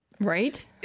right